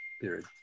period